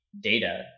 data